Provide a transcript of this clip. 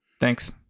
thanks